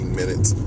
minutes